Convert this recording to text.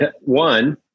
one